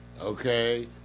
okay